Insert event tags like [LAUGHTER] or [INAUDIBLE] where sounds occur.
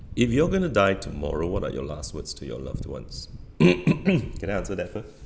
if you are gonna die tomorrow what are your last words to your loved ones [NOISE] can I answer that first